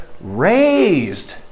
raised